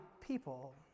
people